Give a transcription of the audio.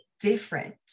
different